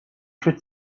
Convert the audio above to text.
should